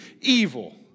evil